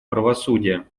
правосудие